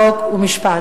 חוק ומשפט.